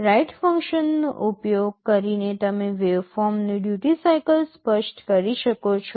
right ફંક્શનનો ઉપયોગ કરીને તમે વેવફોર્મનું ડ્યૂટિ સાઇકલ સ્પષ્ટ કરી શકો છો